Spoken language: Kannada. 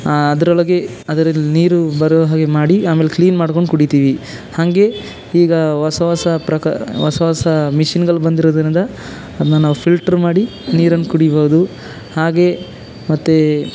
ಆ ಅದ್ರೊಳಗೆ ಅದ್ರಲ್ಲಿ ನೀರು ಬರುವ ಹಾಗೆ ಮಾಡಿ ಆಮೇಲೆ ಕ್ಲೀನ್ ಮಾಡ್ಕೊಂಡು ಕುಡಿತೀವಿ ಹಾಗೆ ಈಗ ಹೊಸ ಹೊಸ ಪ್ರಕಾರ ಹೊಸ ಹೊಸ ಮಿಷಿನ್ಗಳು ಬಂದಿರೋದರಿಂದ ಅದನ್ನ ನಾವು ಫಿಲ್ಟ್ರ್ ಮಾಡಿ ನೀರನ್ನ ಕುಡಿಬಹುದು ಹಾಗೆಯೇ ಮತ್ತೆ